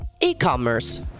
E-commerce